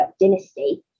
dynasty